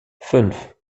fünf